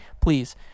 please